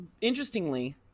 interestingly